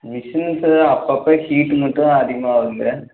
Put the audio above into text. machines அப்பப்போ heat மட்டும் அதிகமாக ஆகுது